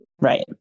Right